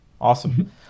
Awesome